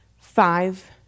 five